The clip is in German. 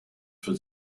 für